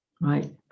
right